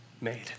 made